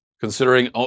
Considering